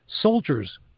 Soldiers